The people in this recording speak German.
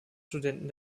studenten